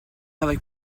avec